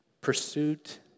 Pursuit